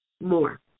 more